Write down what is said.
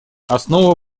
основа